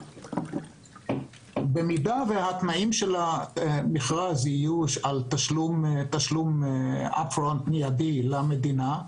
במידה שהתנאים של המכרז יהיו על תשלום --- מיידי למדינה,